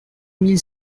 mille